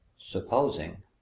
supposing